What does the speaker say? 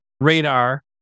radar